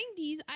90s